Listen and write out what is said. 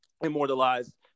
immortalized